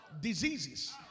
diseases